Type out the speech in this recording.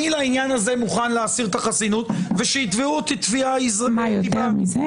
אני לעניין הזה מוכן להסיר את החסינות ושייתבעו אותי תביעת דיבה אזרחית.